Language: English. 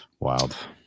Wild